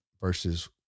versus